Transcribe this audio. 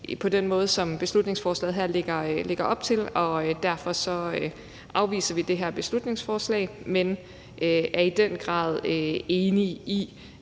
på den måde, som beslutningsforslaget her lægger op til, og derfor afviser vi det her beslutningsforslag, men vi er i den grad enige i,